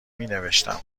مینوشتم